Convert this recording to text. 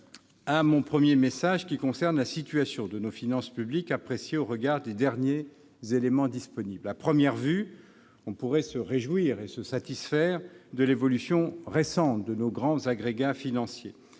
à mon premier message, qui concerne la situation de nos finances publiques, appréciée au regard des derniers éléments disponibles. À première vue, on pourrait se réjouir et se satisfaire de l'évolution récente de nos grands agrégats financiers.